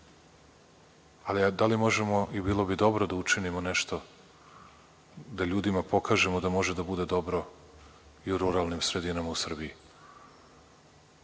Ali, da li možemo i bilo bi dobro da učinimo nešto da ljudima pokažemo da može da bude dobro i u ruralnim sredinama u Srbiji.